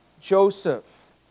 Joseph